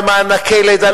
ואת מענקי הלידה,